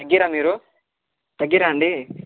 తగ్గీయరా మీరు తగ్గీయరా అండి